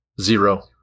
Zero